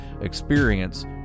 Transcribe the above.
experience